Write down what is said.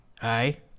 Hi